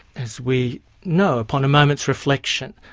as we know upon a moment's reflection,